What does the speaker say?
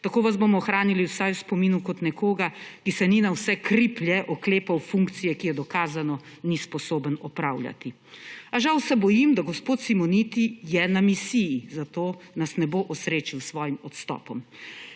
Tako vas bomo ohranili vsaj v spominu kot nekoga, ki se ni na vse kriplje oklepal funkcije, ki je dokazano ni sposoben opravljati. A žal se bojim, da je gospod Simoniti na misiji, zato nas ne bo osrečil s svojim odstopom.